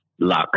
luck